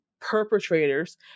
perpetrators